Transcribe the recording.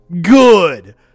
Good